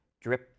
drip